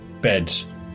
beds